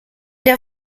der